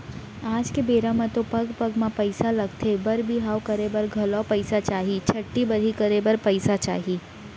आज के बेरा म तो पग पग म पइसा लगथे बर बिहाव करे बर घलौ पइसा चाही, छठ्ठी बरही करे बर पइसा चाही